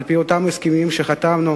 על-פי אותם הסכמים שחתמנו,